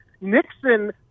Nixon